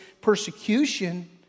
persecution